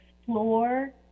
explore